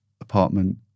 apartment